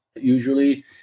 Usually